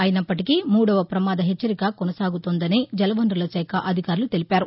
అయినప్పటికి మూడవ ప్రమాద హెచ్చరిక కొనసాగుతోందని జలవనరుల శాఖ అధికారులు తెలిపారు